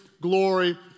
glory